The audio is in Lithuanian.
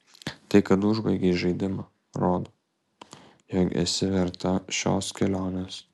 tai kad užbaigei žaidimą rodo jog esi verta šios kelionės